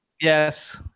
Yes